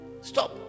stop